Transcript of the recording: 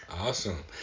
awesome